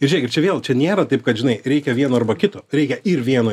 žiūrėkit čia vėl čia nėra taip kad žinai reikia vieno arba kito reikia ir vieno